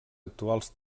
actuals